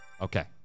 Okay